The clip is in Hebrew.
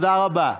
תודה רבה.